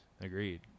Agreed